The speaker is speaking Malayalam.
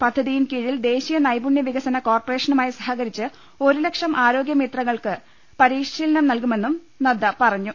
പദ്ധതിയിൻ കീഴിൽ ദേശീയ നൈപുണ്യ വികസന കോർപ്പറേഷനുമായി സ്ഹകരിച്ച് ഒരു ലക്ഷം ആരോ ഗൃ മിത്ര കൾക്ക് പരിശീലനം നൽകുമെന്നും നദ്ദ പറഞ്ഞു